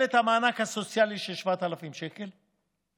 את המענק הסוציאלי של 7,000 שקלים,